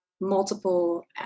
multiple